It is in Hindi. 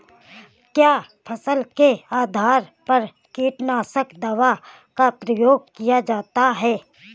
क्या फसल के आधार पर कीटनाशक दवा का प्रयोग किया जाता है?